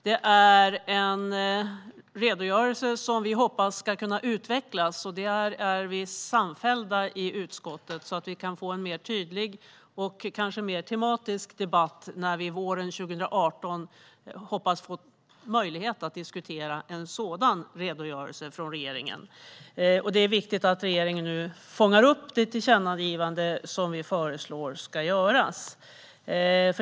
Det är en redogörelse som vi i utskottet samfällt hoppas ska kunna utvecklas så att vi kan få en mer tydlig och mer tematisk debatt när vi under våren 2018 hoppas få möjlighet att diskutera en sådan redogörelse från regeringen. Det är viktigt att regeringen nu fångar upp det tillkännagivande som vi föreslår.